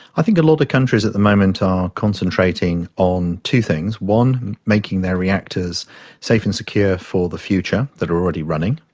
i think a lot of countries at the moment are concentrating on two things. one, making their reactors safe and secure for the future, that are already running,